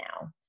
now